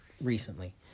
recently